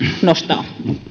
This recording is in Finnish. nostaa